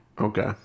Okay